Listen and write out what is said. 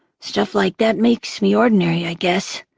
stuff like that makes me ordinary. i guess.